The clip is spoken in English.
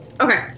Okay